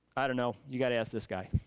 i don't know, you've gotta ask this guy.